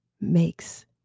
makes